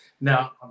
Now